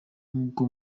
nk’uko